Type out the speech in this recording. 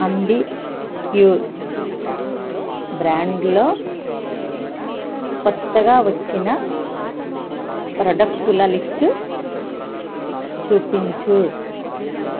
Ambi Pur బ్రాండులో కొత్తగా వచ్చిన ప్రాడక్టుల లిస్టు చూపించు